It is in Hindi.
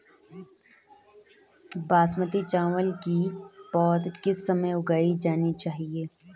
बासमती चावल की पौध किस समय उगाई जानी चाहिये?